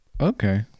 Okay